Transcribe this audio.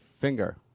finger